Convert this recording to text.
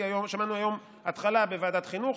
שמענו היום התחלה בוועדת חינוך,